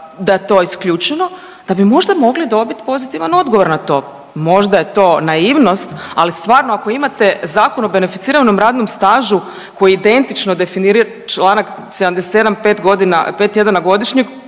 da je to isključeno, da bi možda mogli dobit pozitivan odgovor na to, možda je to naivnost, ali stvarno ako imate Zakon o beneficiranom radnom stažu koji identično definira čl. 77. pet godina,